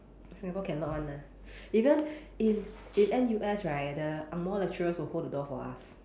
Singapore cannot [one] ah even in in n_u_s right the angmoh lecturers will hold the door for us